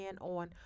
on